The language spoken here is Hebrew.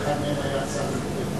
ואחד מהם היה השר ארדן,